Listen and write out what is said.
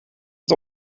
het